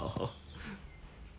finish already